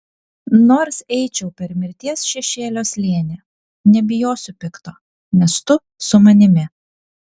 nors eičiau per mirties šešėlio slėnį nebijosiu pikto nes tu su manimi